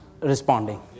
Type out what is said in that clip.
Responding